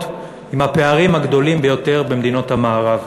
עם הפערים הגדולים ביותר במדינות המערב,